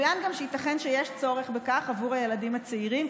צוין גם שייתכן שיש צורך בכך עבור הילדים הצעירים,